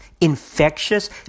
Infectious